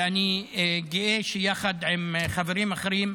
ואני גאה שיחד עם חברים אחרים,